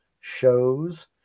shows